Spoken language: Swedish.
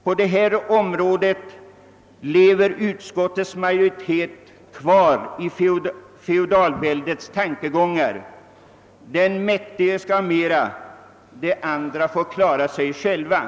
På detta område lever utskottets majoritet kvar i feodalväldets tankevärld. Den mäktige skall ha mera medan de andra får klara sig på egen hand.